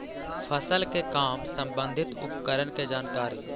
फसल के काम संबंधित उपकरण के जानकारी?